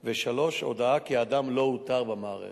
3. הודעה כי האדם לא אותר במערכת.